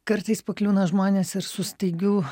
kartais pakliūna žmonės ir su staigiu